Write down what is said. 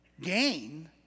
Gain